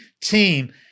team